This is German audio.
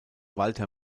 walter